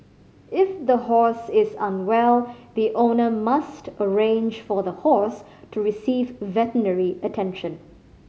if the horse is unwell the owner must arrange for the horse to receive veterinary attention